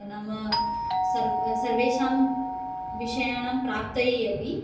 नाम सर्व सर्वेषां विषयाणां प्राप्तये अपि